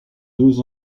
deux